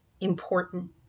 important